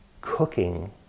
cooking